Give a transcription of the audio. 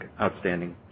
outstanding